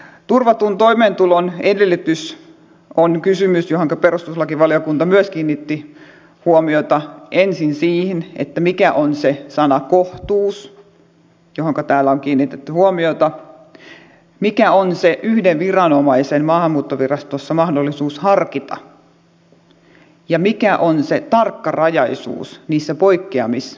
turvatun toimeentulon edellytys on kysymys johonka perustuslakivaliokunta myös kiinnitti huomiota ensin siihen mikä on se sana kohtuus johonka täällä on kiinnitetty huomiota mikä on se yhden viranomaisen maahanmuuttovirastossa mahdollisuus harkita ja mikä on se tarkkarajaisuus niissä poikkeamismahdollisuuksissa